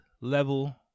level